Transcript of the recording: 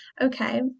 okay